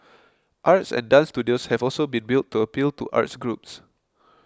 arts and dance studios have also been built to appeal to arts groups